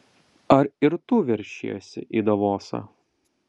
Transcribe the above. ar ir tu veršiesi į davosą